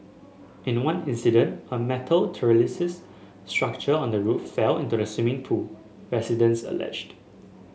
in one incident a metal trellis structure on the roof fell into the swimming pool residents alleged